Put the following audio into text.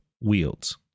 wields